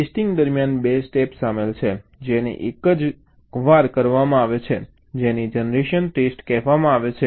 testing દરમિયાન બે step સામેલ છે જેને એક એક જ વાર કરવામાં આવે છે જેને જનરેશન ટેસ્ટ કહેવામાં આવે છે